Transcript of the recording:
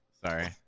Sorry